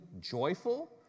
joyful